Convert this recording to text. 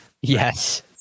Yes